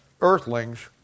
earthlings